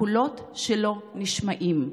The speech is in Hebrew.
הקולות שלא נשמעים.